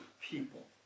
people